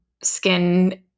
skin